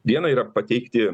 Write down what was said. viena yra pateikti